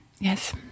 Yes